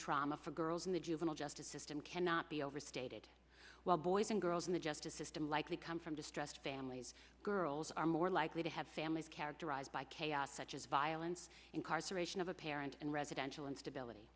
trauma for girls in the juvenile justice system cannot be overstated while boys and girls in the justice system likely come from distressed families girls are more likely to have families characterized by chaos such as violence incarceration of a parent and residential instability